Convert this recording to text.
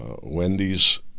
Wendy's